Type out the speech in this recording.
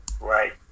Right